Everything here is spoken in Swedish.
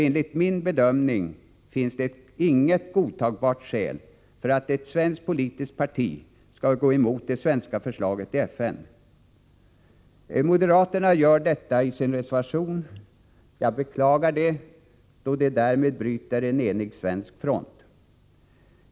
Enligt min bedömning finns det inget godtagbart skäl för ett svenskt politiskt parti att gå emot det svenska förslaget i FN. Moderaterna gör detta i sin reservation. Jag beklagar det, eftersom de därmed bryter en enig svensk front.